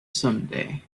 someday